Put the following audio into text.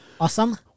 Awesome